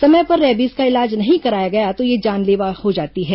समय पर रेबीज का इलाज नहीं कराया गया तो यह जानलेवा भी हो जाती है